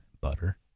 butter